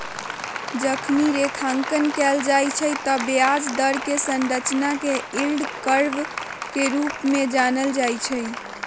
जखनी रेखांकन कएल जाइ छइ तऽ ब्याज दर कें संरचना के यील्ड कर्व के रूप में जानल जाइ छइ